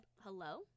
hello